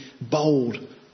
bold